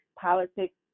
politics